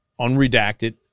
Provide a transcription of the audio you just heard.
unredacted